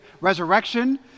resurrection